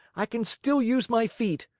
i can still use my feet.